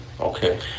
Okay